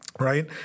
Right